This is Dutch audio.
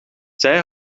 zij